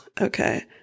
Okay